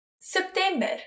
September